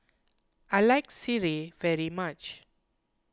I like Sireh very much